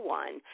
one